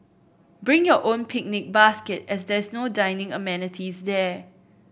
bring your own picnic basket as there's no dining amenities there